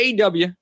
aw